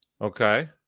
Okay